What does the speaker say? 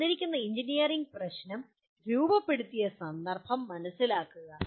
തന്നിരിക്കുന്ന എഞ്ചിനീയറിംഗ് പ്രശ്നം രൂപപ്പെടുത്തിയ സന്ദർഭം മനസ്സിലാക്കുക